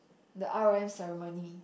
the r_o_m ceremony